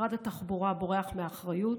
משרד התחבורה בורח מאחריות,